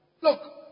Look